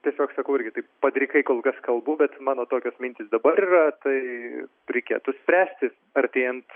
tiesiog sakau irgi taip padrikai kol kas kalbu bet mano tokios mintys dabar yra tai reikėtų spręsti artėjant